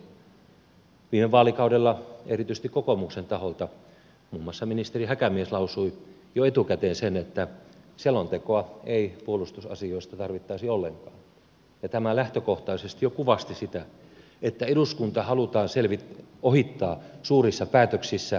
viime vaalikaudella erityisesti kokoomuksen taholta sanottiin muun muassa ministeri häkämies lausui sen jo etukäteen että selontekoa ei puolustusasioista tarvittaisi ollenkaan ja tämä lähtökohtaisesti jo kuvasti sitä että eduskunta halutaan ohittaa suurissa päätöksissä